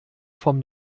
vom